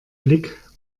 blick